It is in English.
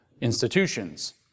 institutions